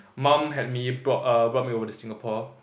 mum had me brought err brought me over to Singapore